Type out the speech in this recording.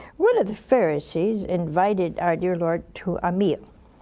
one of the pharisees invited our dear lord to a meal.